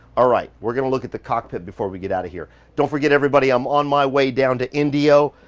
ah right, we're gonna look at the cockpit before we get out of here. don't forget everybody. i'm on my way down to indio.